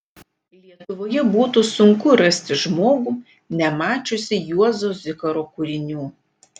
lietuvoje būtų sunku rasti žmogų nemačiusį juozo zikaro kūrinių